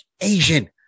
asian